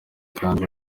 kandi